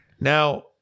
now